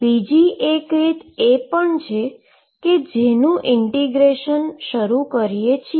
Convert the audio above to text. બીજી એક રીત છે જેનું ઈન્ટીગ્રેશન શરૂ કરી શકીએ છીએ